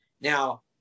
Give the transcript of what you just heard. Now